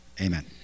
Amen